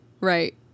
right